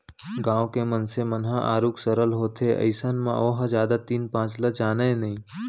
गाँव के मनसे मन ह आरुग सरल होथे अइसन म ओहा जादा तीन पाँच ल जानय नइ